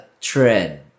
trend